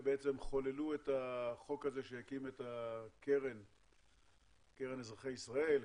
חוללו את החוק הזה שהקים את הקרן לאזרחי ישראל,